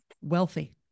Wealthy